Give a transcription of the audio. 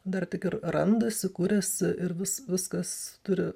dar tik ir randasi kuriasi ir vis viskas turi